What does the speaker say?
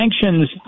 sanctions